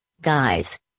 Guys